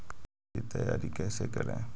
मिट्टी तैयारी कैसे करें?